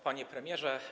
Panie Premierze!